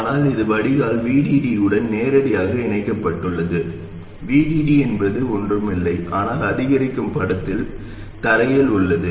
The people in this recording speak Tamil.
ஆனால் இது வடிகால் VDD உடன் நேரடியாக இணைக்கப்பட்டுள்ளது VDD என்பது ஒன்றும் இல்லை ஆனால் அதிகரிக்கும் படத்தில் தரையில் உள்ளது